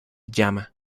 llama